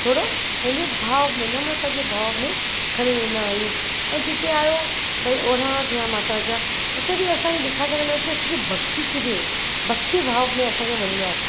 थोरो पंहिंजे भाव में नम्रता जे भाव में खणी वेंदा आहियूं ऐं जिते आयो भई ओराणा थिया माता जा उते बि असां इअं ॾेखारे सघंदासीं असांजी भॻती केॾी आहे भॻती भाव में असांखे वञिणो आहे